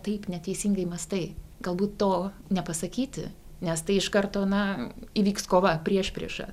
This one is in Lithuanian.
taip neteisingai mąstai galbūt to nepasakyti nes tai iš karto na įvyks kova priešprieša